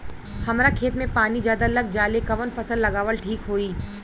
हमरा खेत में पानी ज्यादा लग जाले कवन फसल लगावल ठीक होई?